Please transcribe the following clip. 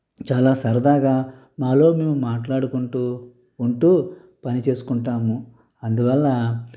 చాలా సరదాగా మాలో మేము మాట్లాడుకుంటూ ఉంటూ పని చేసుకుంటాము అందువల్ల